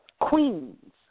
Queens